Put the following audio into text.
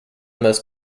most